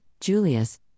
Julius